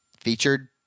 featured